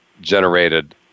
generated